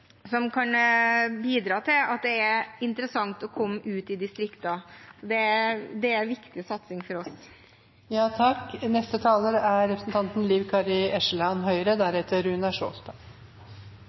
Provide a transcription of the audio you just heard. som kan bidra til at det er interessant å komme ut i distriktene. Det er en viktig satsing for oss.